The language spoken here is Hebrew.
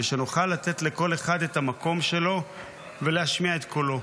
ושנוכל לתת לכל אחד את המקום שלו ולהשמיע את קולו.